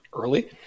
early